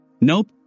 Nope